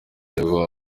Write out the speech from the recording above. kirego